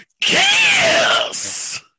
Kiss